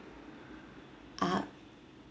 are